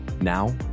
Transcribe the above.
now